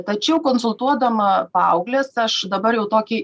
tačiau konsultuodama paaugles aš dabar jau tokį